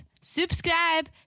Subscribe